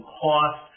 cost